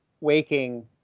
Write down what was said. waking